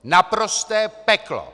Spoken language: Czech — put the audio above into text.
Naprosté peklo!